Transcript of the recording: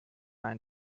ein